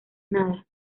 nada